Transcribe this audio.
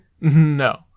No